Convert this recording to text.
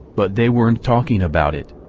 but they weren't talking about it.